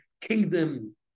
kingdom